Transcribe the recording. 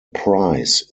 prize